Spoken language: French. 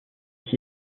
qui